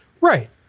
Right